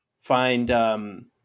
find